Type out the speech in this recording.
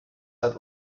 hat